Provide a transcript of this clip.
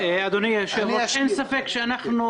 אין ספק שאנחנו